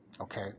Okay